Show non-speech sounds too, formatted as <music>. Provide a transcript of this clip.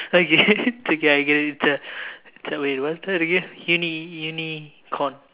okay <laughs> okay I get it it's a it's a wait what's that again uni~ unicorn